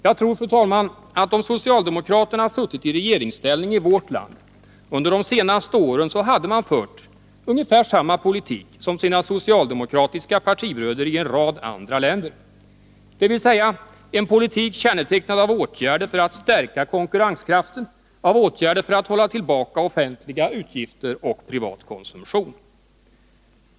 Jag tror, fru talman, att om socialdemokraterna hade suttit i regeringsställning i vårt land under de senaste åren, hade man fört ungefär samma politik som sina socialdemokratiska partibröder i en rad andra länder, dvs. en politik kännetecknad av åtgärder för att stärka konkurrenskraften, av åtgärder för att hålla tillbaka offentliga utgifter och privat konsumtion.